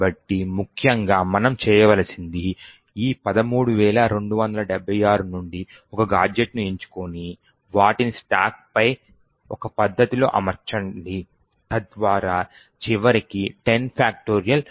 కాబట్టి ముఖ్యంగా మనం చేయవలసింది ఈ 13276 నుండి ఒక గాడ్జెట్ను ఎంచుకొని వాటిని స్టాక్పై ఒక పద్ధతిలో అమర్చండి తద్వారా చివరికి 10